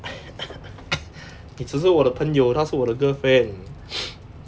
你只是我的朋友她是我的 girlfriend